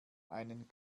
einen